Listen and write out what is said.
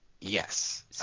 Yes